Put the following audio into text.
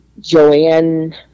Joanne